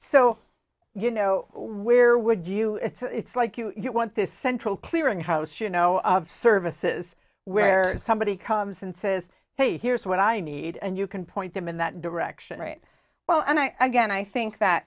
so you know where would you it's like you want this central clearing house you know services where somebody comes and says hey here's what i need and you can point them in that direction right well and i get i think that